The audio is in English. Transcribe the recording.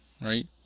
right